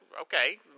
okay